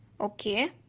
okay